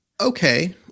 Okay